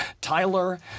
Tyler